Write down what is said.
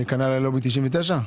לובי 99,